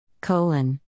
colon